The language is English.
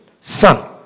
Son